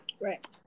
Right